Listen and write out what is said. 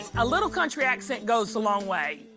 ah a little country accent goes a long way.